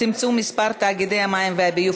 צמצום מספר תאגידי המים והביוב),